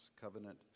Covenant